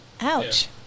Ouch